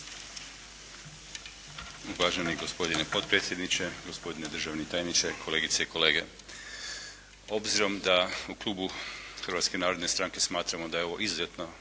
Uvaženi gospodine potpredsjedniče, gospodine državni tajniče, kolegice i kolege. Obzirom da u klubu Hrvatske narodne stranke smatramo da je ovo izuzetno